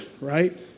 right